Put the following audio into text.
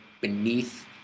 beneath